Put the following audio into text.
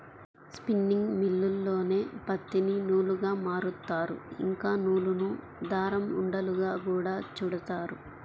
spinning మిల్లుల్లోనే పత్తిని నూలుగా మారుత్తారు, ఇంకా నూలును దారం ఉండలుగా గూడా చుడతారు